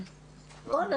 נכון,